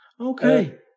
Okay